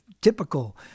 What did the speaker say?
typical